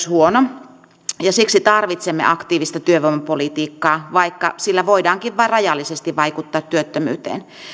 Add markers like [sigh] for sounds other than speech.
[unintelligible] huono ja siksi tarvitsemme aktiivista työvoimapolitiikkaa vaikka sillä voidaankin vain rajallisesti vaikuttaa työttömyyteen